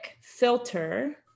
filter